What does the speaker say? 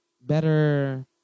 better